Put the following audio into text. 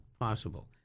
possible